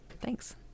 Thanks